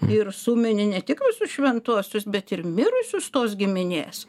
ir sumini ne tik visus šventuosius bet ir mirusius tos giminės